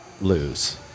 lose